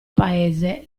paese